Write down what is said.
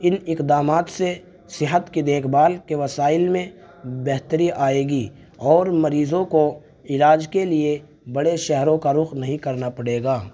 ان اقدامات سے صحت کی دیکھ بھال کے وسائل میں بہتری آئے گی اور مریضوں کو علاج کے لیے بڑے شہروں کا رخ نہیں کرنا پڑے گا